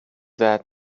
that